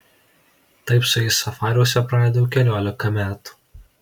taip su jais safariuose praleidau keliolika metų